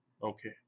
Okay